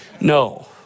No